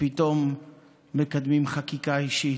ופתאום מקדמים חקיקה אישית.